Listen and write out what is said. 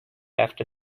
after